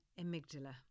amygdala